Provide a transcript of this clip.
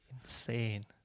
insane